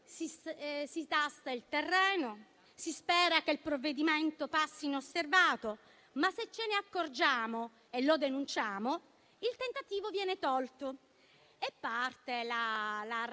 si tasta il terreno e si spera che il provvedimento passi inosservato; se però ce ne accorgiamo e lo denunciamo, il tentativo viene tolto e parte la raffica